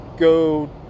go